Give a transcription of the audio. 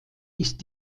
ist